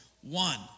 One